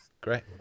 Great